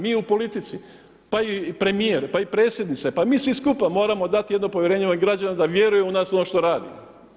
Mi u politici, pa i premijer pa i predsjednica, pa i mi svi skupa moramo dati jedno povjerenje ovim građanima da vjeruju u nas ono što radimo.